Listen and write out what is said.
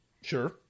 Sure